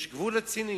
יש גבול לציניות.